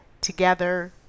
together